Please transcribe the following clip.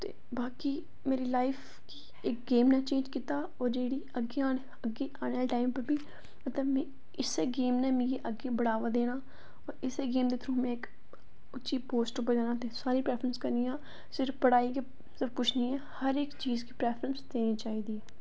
ते बाकी मेरी लाईफ इक्क गेम नै चेंज़ कीती होर जेह्ड़ी अग्गें आने आह्ले टाईम पर मिगी इस्सै गेम नै अग्गें मिगी बढ़ावा देना होर इस्सै गेम दे थ्रू में इक्क उच्ची पोस्ट आस्तै प्रैफ्रेंस करनी आं सिर्फ पढ़ाई गै सबकुछ निं ऐ हर इक्क चीज़ गी प्रैफ्रेंस देनी चाही दी ऐ